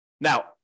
Now